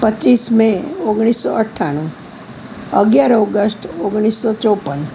પચીસ મે ઓગણીસો અઠ્ઠાણું અગિયાર ઓગસ્ટ ઓગણીસો ચોપ્પન